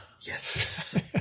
Yes